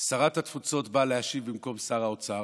שרת התפוצות באה להשיב במקום שר האוצר.